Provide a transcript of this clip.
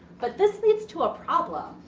but this leads to a problem.